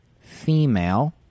female